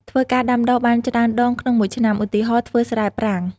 ធ្វើការដាំដុះបានច្រើនដងក្នុងមួយឆ្នាំ ឧទាហរណ៍ ធ្វើស្រែប្រាំង។